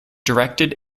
directed